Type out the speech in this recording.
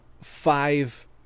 five